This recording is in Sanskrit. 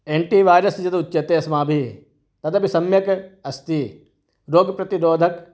एण्टि वैरस् इति यदुच्यते अस्माभिः तदपि सम्यक् अस्ति रोगप्रतिरोधकः